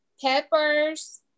peppers